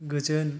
गोजोन